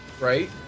Right